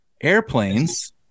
airplanes